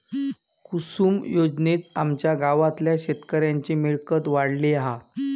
कुसूम योजनेत आमच्या गावातल्या शेतकऱ्यांची मिळकत वाढली हा